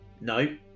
No